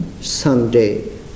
someday